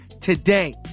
today